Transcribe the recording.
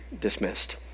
dismissed